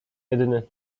jedyny